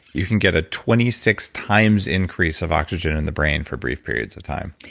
you can get a twenty six times increase of oxygen in the brain for brief periods of time.